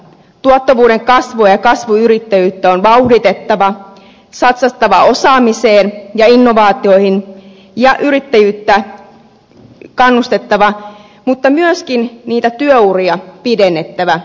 tuottavuuden kasvua ja kasvuyrittäjyyttä on vauhditettava satsattava osaamiseen ja innovaatioihin ja yrittäjyyttä kannustettava mutta myöskin niitä työuria pidennettävä